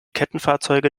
kettenfahrzeuge